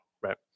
right